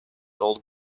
old